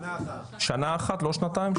שנה אחת, לא שנתיים?